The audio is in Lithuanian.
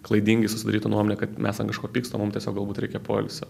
klaidingai susidaryti nuomonę kad mes ant kažko pykstam mum tiesiog galbūt reikia poilsio